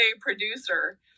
producer